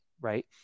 right